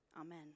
Amen